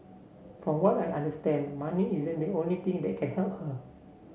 from what I understand money isn't the only thing that can help her